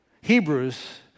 Hebrews